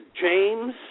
James